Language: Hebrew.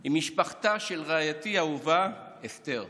היא משפחתה של רעייתי האהובה אסתר,